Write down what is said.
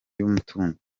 y’umutungo